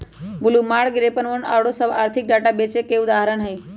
Bloomberg, RavenPack आउरो सभ आर्थिक डाटा बेचे बला के कुछ उदाहरण हइ